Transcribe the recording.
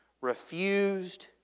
refused